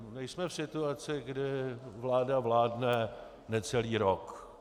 Nejsme v situaci, kdy vláda vládne necelý rok.